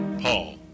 Paul